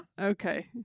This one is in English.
Okay